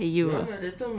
how sure are you